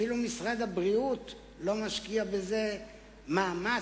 אפילו משרד הבריאות לא משקיע בזה מאמץ,